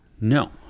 No